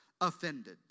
offended